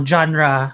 Genre